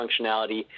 functionality